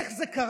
איך זה קרה?